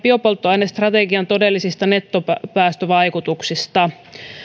biopolttoainestrategian todellisista nettopäästövaikutuksista